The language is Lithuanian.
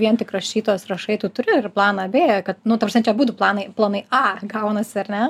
vien tik rašytojas rašai tu turi ir planą bė kad nu ta prasme čia abudu planai planai a gaunasi ar ne